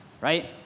right